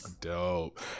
dope